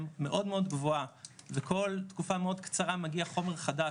מאוד מאוד גבוהה וכל תקופה מאוד קצרה מגיע חומר חדש,